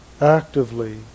actively